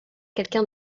quelqu’un